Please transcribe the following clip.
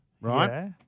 right